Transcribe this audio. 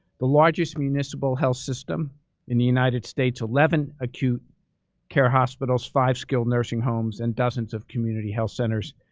the largest municipal health system in the united states, eleven acute care hospitals, five skilled nursing homes, and dozens of community health centers.